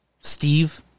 Steve